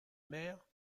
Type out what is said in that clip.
mère